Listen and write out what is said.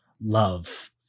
Love